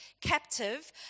captive